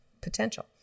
potential